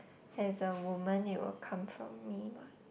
as a woman it will come from me mah